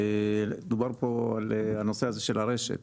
דובר פה על הנושא הזה של הרשת,